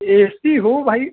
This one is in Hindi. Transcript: ए सी हो भाई